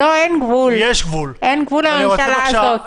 אין גבול לממשלה הזאת.